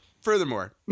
furthermore